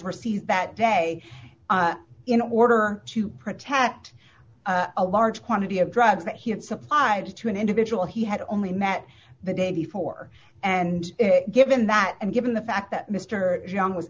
were seized that day in order to protect a large quantity of drugs that he had supplied to an individual he had only met the day before and given that and given the fact that mr john was